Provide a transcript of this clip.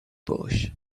bush